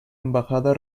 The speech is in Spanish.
embajada